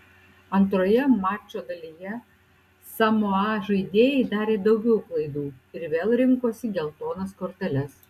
antroje mačo dalyje samoa žaidėjai darė daugiau klaidų ir vėl rinkosi geltonas korteles